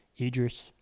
Idris